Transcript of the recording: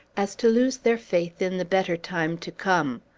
as to lose their faith in the better time to come.